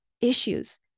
issues